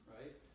Right